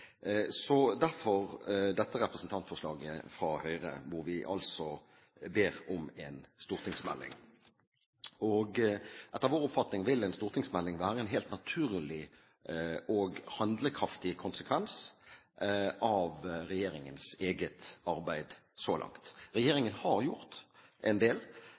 Så derfor dette representantforslaget fra Høyre, hvor vi altså ber om en stortingsmelding. Etter vår oppfatning vil en stortingsmelding være en helt naturlig og handlekraftig konsekvens av regjeringens eget arbeid så langt. Regjeringen har gjort en del.